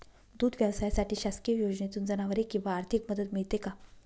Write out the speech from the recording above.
दूध व्यवसायासाठी शासकीय योजनेतून जनावरे किंवा आर्थिक मदत मिळते का?